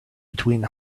between